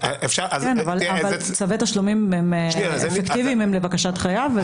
אבל צווי תשלומים אפקטיביים הם לבקשת חייב.